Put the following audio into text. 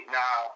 now